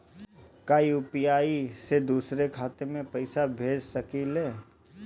का यू.पी.आई से दूसरे के खाते में पैसा भेज सकी ले?